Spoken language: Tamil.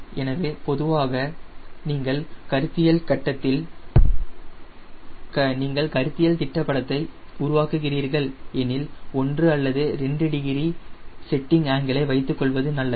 எனவே பொதுவாக நீங்கள் கருத்தியல் திட்டப்படத்தை உருவாக்குகிறீர்கள் எனில் ஒன்று அல்லது 2 டிகிரி செட்டிங் ஆங்கிலை வைத்துக்கொள்வது நல்லது